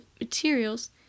materials